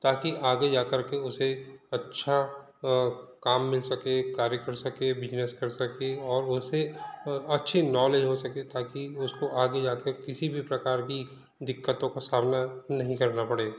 ताकि आगे जाकर के उसे अच्छा काम मिल सके कार्य कर सके बिजनेस कर सके और उसे अच्छी नॉलेज हो सके ताकि उसको आगे जाकर किसी भी प्रकार की दिक्कतों का सामना नहीं करना पड़े